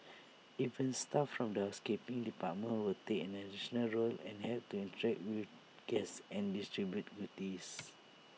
even staff from the housekeeping department will take on additional roles and help to interact with guests and distribute goodies